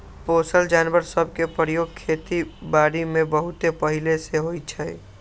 पोसल जानवर सभ के प्रयोग खेति बारीमें बहुते पहिले से होइ छइ